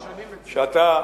שאתה,